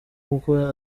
kuko